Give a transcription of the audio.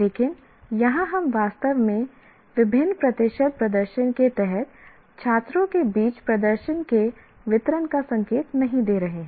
लेकिन यहां हम वास्तव में विभिन्न प्रतिशत प्रदर्शन के तहत छात्रों के बीच प्रदर्शन के वितरण का संकेत नहीं दे रहे हैं